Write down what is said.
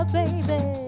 baby